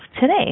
today